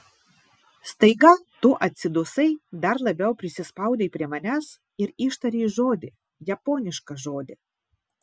staiga tu atsidusai dar labiau prisispaudei prie manęs ir ištarei žodį japonišką žodį